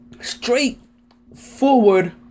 straightforward